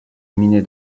gminy